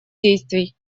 действий